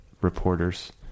reporters